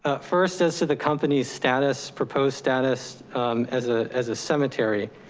ah first as to the company's status, proposed status as ah as a cemetery,